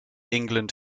england